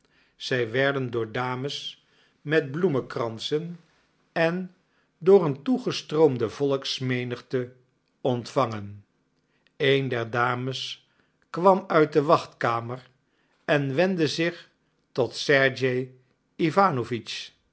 zij werden door dames met bloemkransen en door oen toegestroomde volksmenigte ontvangen een der dames kwam uit de wachtkamer en wendde zich tot sergej